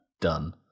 done